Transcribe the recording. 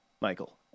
Michael